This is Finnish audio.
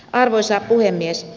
arvoisa puhemies